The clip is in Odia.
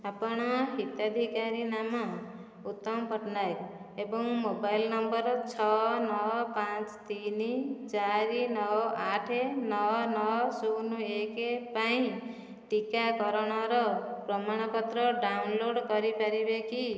ଆପଣ ହିତାଧିକାରୀ ନାମ ଉତ୍ତମ ପଟ୍ଟନାୟକ ଏବଂ ମୋବାଇଲ୍ ନମ୍ବର ଛଅ ନଅ ପାଞ୍ଚ ତିନି ଚାରି ନଅ ଆଠ ନଅ ନଅ ଶୂନ ଏକ ପାଇଁ ଟିକାକରଣର ପ୍ରମାଣପତ୍ର ଡାଉନଲୋଡ଼୍ କରିପାରିବେ କି